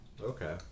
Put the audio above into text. okay